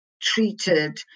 treated